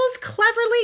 cleverly